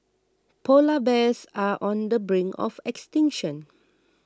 Polar Bears are on the brink of extinction